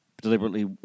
deliberately